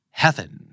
heaven